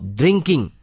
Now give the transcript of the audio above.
drinking